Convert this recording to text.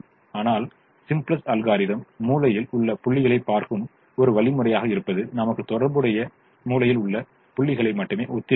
ஆனால் simplex algorithm மூலையில் உள்ள புள்ளிகளைப் பார்க்கும் ஒரு வழிமுறையாக இருப்பது நமக்கு தொடர்புடைய மூலையில் உள்ள புள்ளிகளை மட்டுமே ஒத்திருக்கிறது